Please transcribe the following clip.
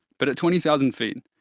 but at twenty thousand feet,